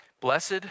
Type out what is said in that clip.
Blessed